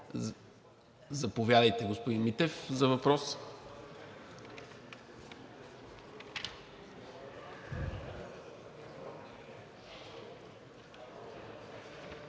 Заповядайте, господин Митев, за въпрос.